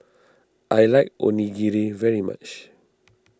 I like Onigiri very much